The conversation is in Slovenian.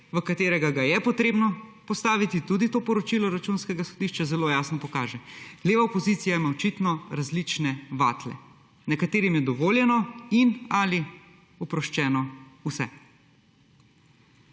v katerega je potrebno postaviti tudi to poročilo Računskega sodišča, zelo jasno pokaže. Leva opozicija ima očitno različne vatle. Nekaterih je dovoljeno in/ali oproščeno vse.